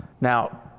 Now